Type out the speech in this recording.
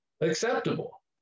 acceptable